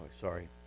sorry